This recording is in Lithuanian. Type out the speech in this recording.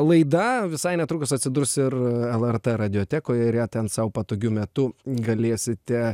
laida visai netrukus atsidurs ir lrt radiotekoj ir ją ten sau patogiu metu galėsite